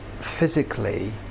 physically